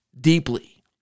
deeply